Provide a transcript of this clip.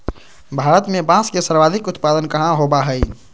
भारत में बांस के सर्वाधिक उत्पादन कहाँ होबा हई?